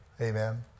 Amen